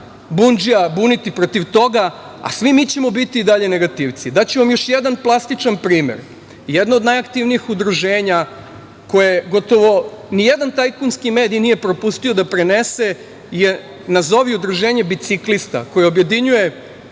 bundžija buniti protiv toga, a svi mi ćemo biti i dalje negativci. Daću vam još jedan plastičan primer. Jedno od najaktivnijih udruženja koje gotovo ni jedan tajkunski mediji nije propustio da prenese je nazovi udruženje biciklista, koje objedinjuje